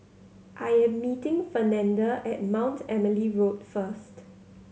I am meeting Fernanda at Mount Emily Road first